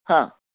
हां